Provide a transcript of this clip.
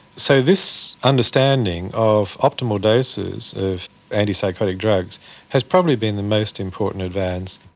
so this understanding of optimal doses of antipsychotic drugs has probably been the most important advance.